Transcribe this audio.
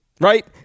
right